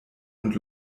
und